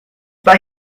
pas